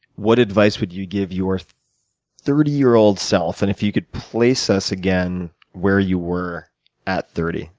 what advice would you give your thirty year old self, and if you could place us again where you were at thirty.